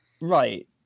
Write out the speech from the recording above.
right